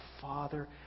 father